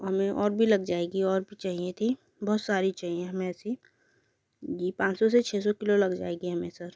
हमें और भी लग जाएगी और चाहिए थी बहुत सारी चाहिएँ हमें ऐसी जी पाँच सौ से छ सौ किलो लग जाएगी हमें सर